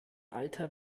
alter